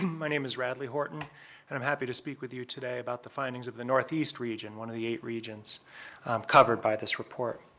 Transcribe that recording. my name is radley horton and i'm happy to speak with you today about the findings of the northeast region, one of the eight regions covered by this report.